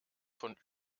von